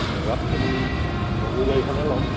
বলু গাড়ীখনে ল'ম